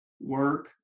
work